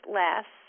less